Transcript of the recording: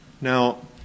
Now